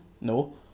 no